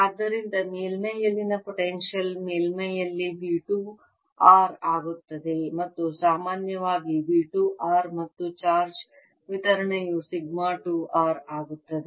ಆದ್ದರಿಂದ ಮೇಲ್ಮೈಯಲ್ಲಿನ ಪೊಟೆನ್ಶಿಯಲ್ ಮೇಲ್ಮೈಯಲ್ಲಿ V 2 r ಆಗುತ್ತದೆ ಮತ್ತು ಸಾಮಾನ್ಯವಾಗಿ V 2 r ಮತ್ತು ಚಾರ್ಜ್ ವಿತರಣೆಯು ಸಿಗ್ಮಾ 2 r ಆಗುತ್ತದೆ